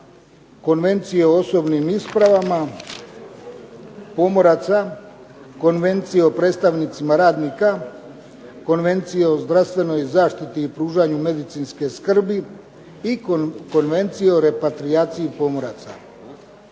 konvencije o osobnim ispravama pomoraca, konvencije o predstavnicima radnika, konvencije o zdravstvenoj zaštiti i pružanju medicinske skrbi, i Konvencije o repatrijaciji pomoraca.